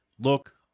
look